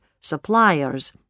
suppliers